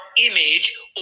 image